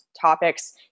topics